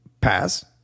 pass